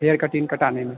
hair cutting कटाने में